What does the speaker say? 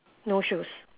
no shoes